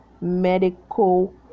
medical